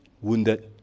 wounded